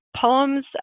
poems